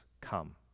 come